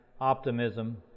optimism